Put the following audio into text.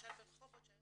למשל ברחובות שהיה